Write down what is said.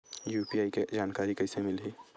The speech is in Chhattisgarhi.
यू.पी.आई के जानकारी कइसे मिलही?